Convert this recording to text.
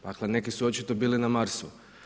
Dakle neki su očito bili na Marsu.